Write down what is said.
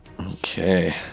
Okay